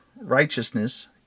righteousness